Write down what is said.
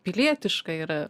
pilietiška yra